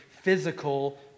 physical